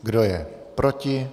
Kdo je proti?